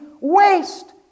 waste